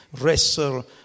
wrestle